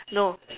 no